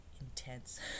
intense